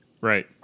Right